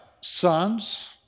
sons